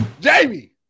Jamie